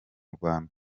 rwanda